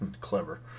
clever